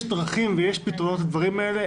יש דרכים ויש פתרונות לדברים האלה,